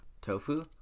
tofu